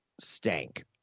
stank